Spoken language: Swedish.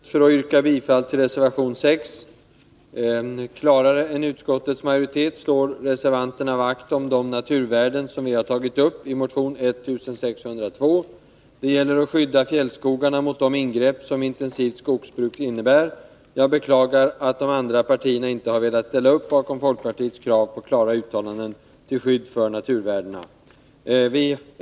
Herr talman! Jag har begärt ordet för att yrka bifall till reservation 6. Klarare än utskottets majoritet slår reservanterna vakt om de naturvärden som tagits upp i motionen 1602. Det gäller att skydda fjällskogarna mot de ingrepp som intensivt skogsbruk innebär. Jag beklagar att de andra partierna inte har velat ställa upp bakom folkpartiets krav på klara uttalanden till skydd för naturvärdena.